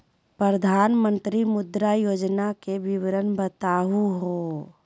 प्रधानमंत्री मुद्रा योजना के विवरण बताहु हो?